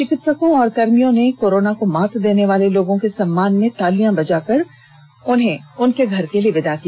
चिकित्सकों व कर्मियों ने कोरोना को मात देने वाले लोगों के सम्मान में ताली बजाकर उन्हें अपने घर विदा किया